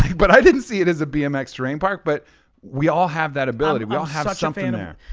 but i didn't see it as a bmx terrain park. but we all have that ability. we all have something there.